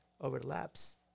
overlaps